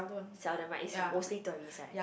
seldom right is mostly tourist right